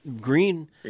green